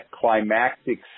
climactic